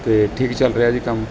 ਅਤੇ ਠੀਕ ਚੱਲ ਰਿਹਾ ਜੀ ਕੰਮ